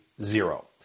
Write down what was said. zero